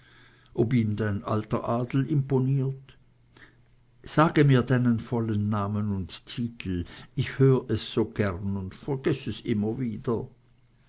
ob ihm dein alter adel imponiert sage mir deinen vollen namen und titel ich hör es so gern und vergeß es immer wieder